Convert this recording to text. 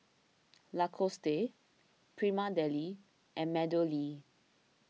Lacoste Prima Deli and MeadowLea